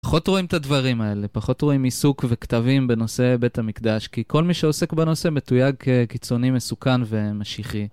פחות רואים את הדברים האלה, פחות רואים עיסוק וכתבים בנושא בית המקדש, כי כל מי שעוסק בנושא מתויג כקיצוני מסוכן ומשיחי.